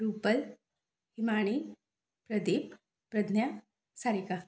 Rupal Himani Prateek Pragya Sarika